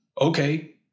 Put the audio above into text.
okay